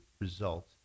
result